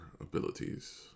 abilities